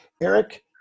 Eric